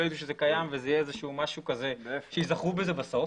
ידעו שזה קיים וזה יהיה משהו שייזכרו בו בסוף,